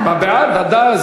לבעד, ודאי.